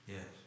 Yes